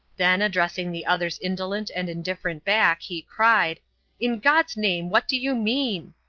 then, addressing the other's indolent and indifferent back, he cried in god's name what do you mean?